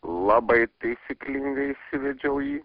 labai taisyklingai išsivedžiau jį